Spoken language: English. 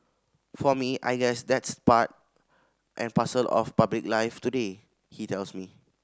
for me I guess that's part and parcel of public life today he tells me